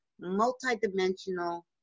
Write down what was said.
multi-dimensional